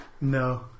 No